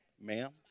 Ma'am